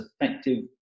effective